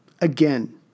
again